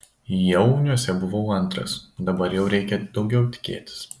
jauniuose buvau antras dabar jau reikia daugiau tikėtis